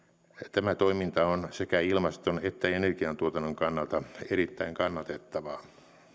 tämä toiminta on sekä ilmaston että energiantuotannon kannalta erittäin kannatettavaa